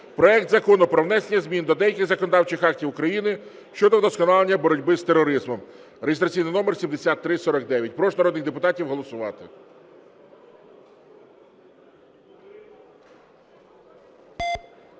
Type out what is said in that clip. проект Закону про внесення змін до деяких законодавчих актів України щодо вдосконалення боротьби з тероризмом (реєстраційний номер 7349). Прошу народних депутатів голосувати.